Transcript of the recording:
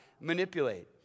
manipulate